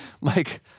Mike